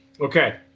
Okay